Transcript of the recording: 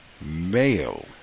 male